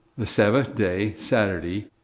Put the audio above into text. the seventh day, saturday,